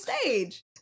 stage